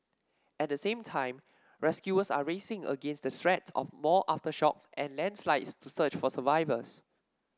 at the same time rescuers are racing against the threat of more aftershocks and landslides to search for survivors